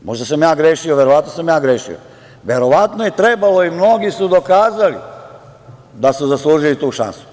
Možda sam ja grešio, verovatno jesam, verovatno je trebalo i mnogi su dokazali da su zaslužili tu šansu.